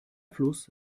fluss